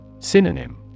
Synonym